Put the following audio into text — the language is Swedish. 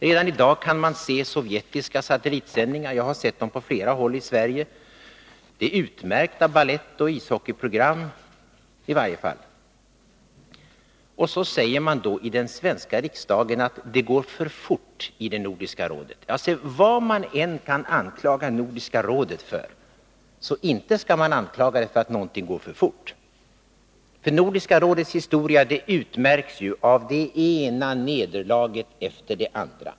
Redan i dag kan man se sovjetiska satellitsändningar — jag har sett sådana på flera håll i Sverige. Det är utmärkta balettoch ishockeyprogram i varje fall. Så säger man då i den svenska riksdagen att det går för fort i Nordiska rådet. Vad man än kan anklaga Nordiska rådet för, så inte är det för att någonting går för fort! Nordiska rådets historia utmärks ju av det ena nederlaget efter det andra.